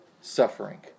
Suffering